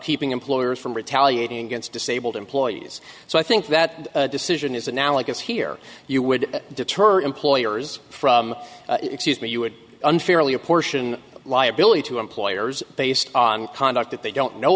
keeping employers from retaliating against disabled employees so i think that decision is analogous here you would deter employers from excuse me you would unfairly apportion liability to employers based on conduct that they don't know